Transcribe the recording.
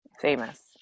famous